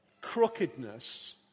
crookedness